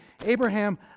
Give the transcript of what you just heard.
Abraham